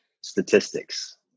statistics